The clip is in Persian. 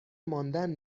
ماندن